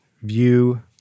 view